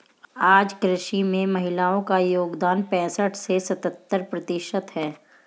आज कृषि में महिलाओ का योगदान पैसठ से सत्तर प्रतिशत है